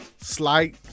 Slight